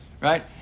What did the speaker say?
right